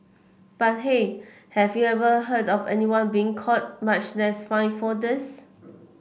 but hey have you ever heard of anyone being caught much less fined for this